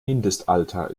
mindestalter